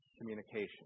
communication